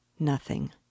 Nothing